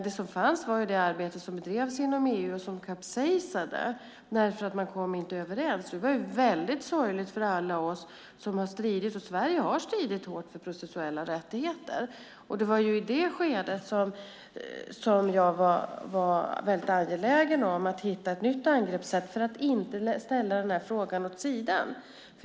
Det som fanns var det arbete som drevs inom EU och som kapsejsade därför att man inte kom överens. Det var väldigt sorgligt för alla oss som stred. Och Sverige har stridit hårt för processuella rättigheter. Det var i det skedet som jag var väldigt angelägen om att hitta ett nytt angreppssätt för att inte ställa den frågan åt sidan.